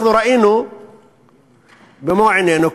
אנחנו ראינו במו עינינו,